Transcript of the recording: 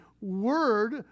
word